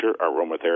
aromatherapy